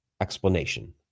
explanation